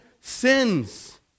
sins